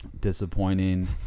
disappointing